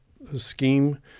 scheme